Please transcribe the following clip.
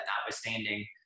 notwithstanding